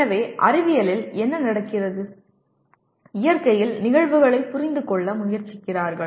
எனவே அறிவியலில் என்ன நடக்கிறது இயற்கையில் நிகழ்வுகளைப் புரிந்துகொள்ள முயற்சிக்கிறீர்கள்